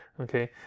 Okay